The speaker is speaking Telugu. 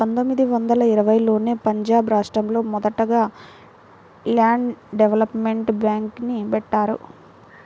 పందొమ్మిది వందల ఇరవైలోనే పంజాబ్ రాష్టంలో మొదటగా ల్యాండ్ డెవలప్మెంట్ బ్యేంక్ని బెట్టారు